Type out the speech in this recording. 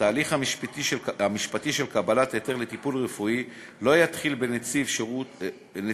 התהליך המשפטי של קבלת היתר לטיפול רפואי לא יתחיל בנציב בתי-הסוהר,